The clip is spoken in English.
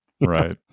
Right